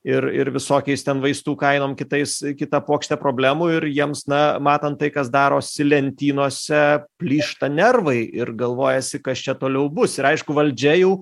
ir ir visokiais ten vaistų kainom kitais kita puokšte problemų ir jiems na matant tai kas darosi lentynose plyšta nervai ir galvojasi kas čia toliau bus ir aišku valdžia jau